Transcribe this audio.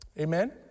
Amen